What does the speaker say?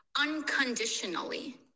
unconditionally